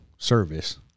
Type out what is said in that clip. service